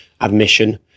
admission